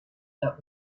that